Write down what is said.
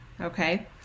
Okay